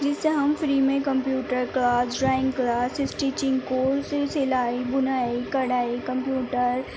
جس سے ہم فری میں computer class drawing class stitching course پھر سلائی بنائی کڑھائی کمپیوٹر